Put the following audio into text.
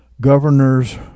governors